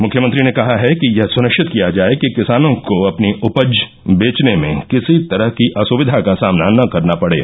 मुख्यमंत्री ने कहा है कि यह सुनिश्चित किया जाय कि किसानों को अपनी उपज बेचने में किसी तरह की असुविधा क सामना न करना पड़े